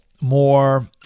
more